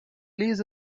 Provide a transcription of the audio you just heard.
lease